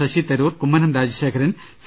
Sasi Tharoor Kummanam Rajasekharan C